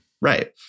Right